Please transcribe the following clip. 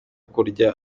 kurya